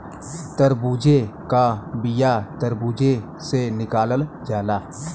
तरबूजे का बिआ तर्बूजे से निकालल जाला